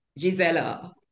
Gisela